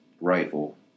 rifle